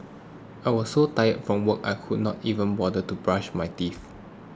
I was so tired from work I could not even bother to brush my teeth